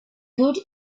good